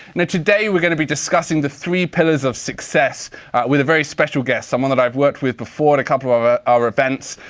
and today we're gonna be discussing the three pillars of success with a very special guest. someone that i've worked with before at a couple of of ah our events.